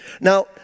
Now